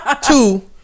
two